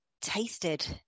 tasted